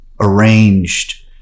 arranged